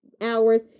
hours